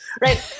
right